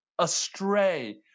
astray